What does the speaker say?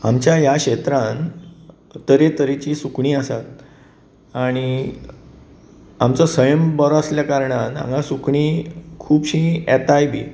आमच्या ह्या क्षेत्रान तरे तरेची सुकणीं आसात आनी आमचो सैम बरो आसल्या कारणान हांगा सुकणीं खुबशीं येताय बी